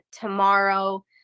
tomorrow